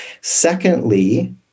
Secondly